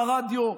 ברדיו,